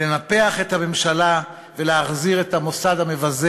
לנפח את הממשלה ולהחזיר את המוסד המבזה